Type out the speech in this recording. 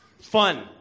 fun